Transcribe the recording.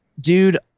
dude